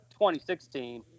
2016